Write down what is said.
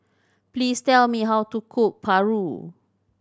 please tell me how to cook paru